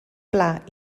pla